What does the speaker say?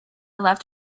left